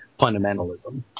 fundamentalism